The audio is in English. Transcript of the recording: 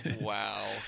Wow